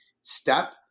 step